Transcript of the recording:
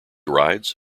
rides